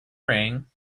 ring